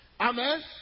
Amen